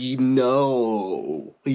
No